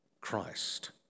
Christ